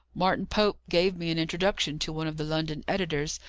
martin pope gave me an introduction to one of the london editors,